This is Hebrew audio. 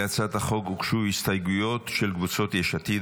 להצעת החוק הוגשו הסתייגויות של קבוצות יש עתיד,